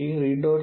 ഈ read